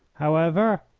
however,